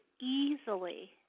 easily